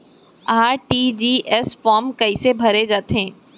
RTGS form कइसे भरे जाथे?